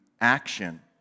action